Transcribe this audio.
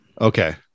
Okay